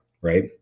right